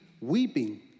weeping